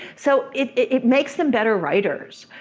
so it makes them better writers.